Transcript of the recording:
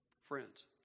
Friends